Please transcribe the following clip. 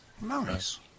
Nice